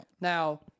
Now